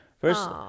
First